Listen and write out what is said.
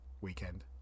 weekend